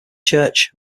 church